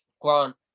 Grant